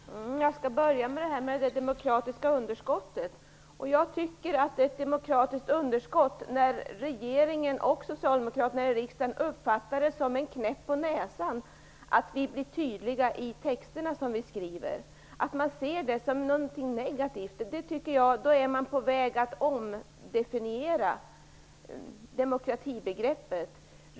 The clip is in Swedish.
Fru talman! Jag skall börja med det här med det demokratiska underskottet. Jag tycker att det är ett demokratiskt underskott när regeringen och socialdemokraterna i riksdagen uppfattar det som en knäpp på näsan att vi blir tydliga i de texter vi skriver. Om man ser det som något negativt är man på väg att omdefiniera demokratibegreppet.